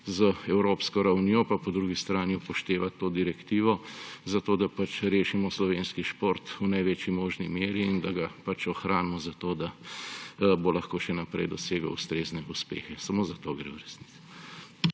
z evropsko ravnjo pa po drugi strani upoštevati to direktivo, zato da rešimo slovenski šport v največji možni meri in da ga ohranimo, da bo lahko še naprej dosegal ustrezne uspehe. Samo za to gre v resnici.